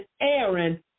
Aaron